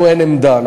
לנו אין עמדה.